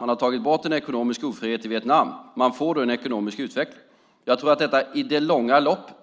Man har tagit bort en ekonomisk ofrihet i Vietnam. Man får då en ekonomisk utveckling. Jag tror att detta i det långa loppet